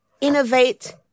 innovate